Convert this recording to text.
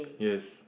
yes